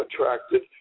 attracted